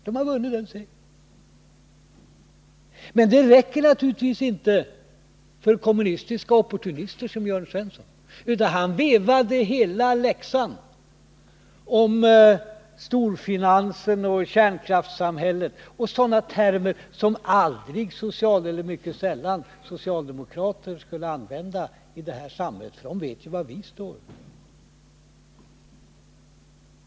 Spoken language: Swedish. De har vunnit denna seger. Men det räcker naturligtvis inte för kommunistiska opportunister som Jörn Svensson, utan han vevade hela läxan om storfinansen och kärnkraftssamhället i sådana termer som socialdemokraterna aldrig eller mycket sällan skulle använda i det här samhället, för man vet ju var vi står.